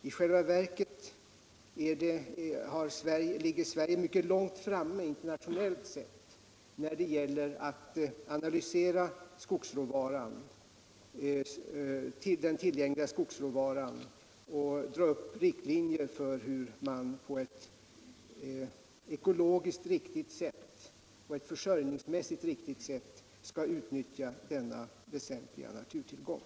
I själva verket ligger Sverige mycket långt framme internationellt sett när det gäller att analysera den tillgängliga skogsråvaran och dra upp riktlinjer för hur man på ett ekologiskt och förnuftsmässigt riktigt sätt skall utnyttja denna väsentliga naturtillgång.